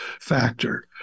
factor